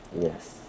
yes